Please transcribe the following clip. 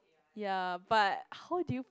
ya but how do you